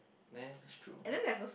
man that's true